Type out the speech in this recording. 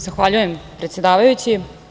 Zahvaljujem, predsedavajući.